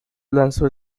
lanzó